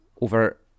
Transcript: over